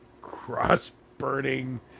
cross-burning